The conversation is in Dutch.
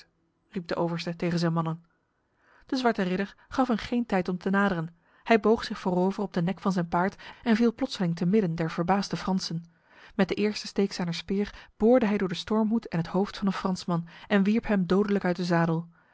de overste tegen zijn mannen de zwarte ridder gaf hun geen tijd om te naderen hij boog zich voorover op de nek van zijn paard en viel plotseling te midden der verbaasde fransen met de eerste steek zijner speer boorde hij door de stormhoed en het hoofd van een fransman en wierp hem dodelijk uit de zadel